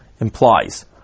implies